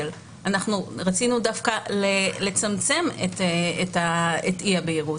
רצינו דווקא לצמצם את אי-הבהירות,